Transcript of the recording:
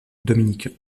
dominicain